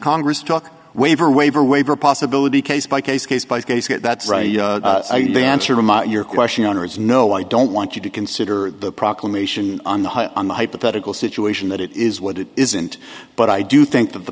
congress took waiver waiver waiver possibility case by case case by case that's right the answer to your question on or is no i don't want you to consider the proclamation on the on the hypothetical situation that it is what it isn't but i do think that the